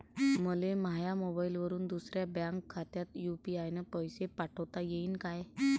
मले माह्या मोबाईलवरून दुसऱ्या बँक खात्यात यू.पी.आय न पैसे पाठोता येईन काय?